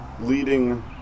leading